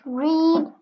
read